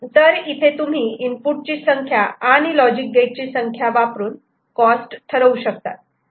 तर इथे तुम्ही इनपुट ची संख्या आणि लॉजिक गेट ची संख्या वापरून कॉस्ट ठरवू शकतात